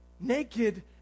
Naked